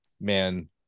man